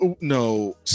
no